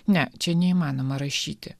ne čia neįmanoma rašyti